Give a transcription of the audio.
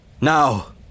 Now